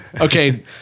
Okay